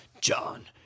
John